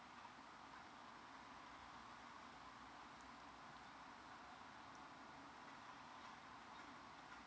oh